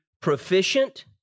proficient